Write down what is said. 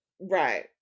right